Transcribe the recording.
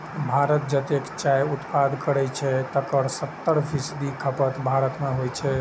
भारत जतेक चायक उत्पादन करै छै, तकर सत्तर फीसदी खपत भारते मे होइ छै